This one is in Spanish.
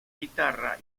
guitarra